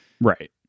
Right